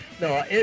No